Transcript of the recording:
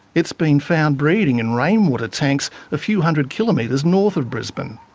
it's been found breeding in rainwater tanks a few hundred kilometres north of brisbane.